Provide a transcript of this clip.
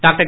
doctor